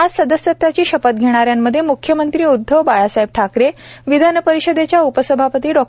आज सदस्यत्वाची शपथ घेणाऱ्यांमध्ये म्ख्यमंत्री उद्धव बाळासाहेब ठाकरे विधान परिषदेच्या उप सभापती डॉ